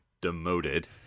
demoted